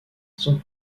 son